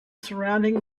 surrounding